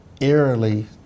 eerily